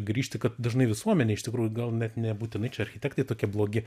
grįžti kad dažnai visuomenė iš tikrųjų gal net nebūtinai čia architektai tokie blogi